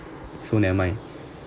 so never mind